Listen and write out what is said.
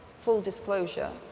full disclosure,